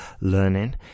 learning